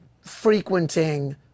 frequenting